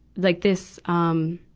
like this, um,